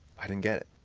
i didn't get it.